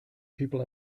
people